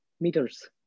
meters